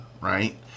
right